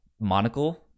monocle